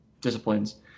disciplines